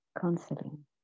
counseling